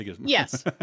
Yes